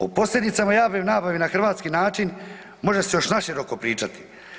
O posljedicama javne nabave na hrvatski način može se još naširoko pričati.